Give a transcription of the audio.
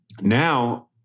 now